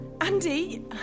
Andy